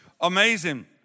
amazing